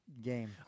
game